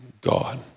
God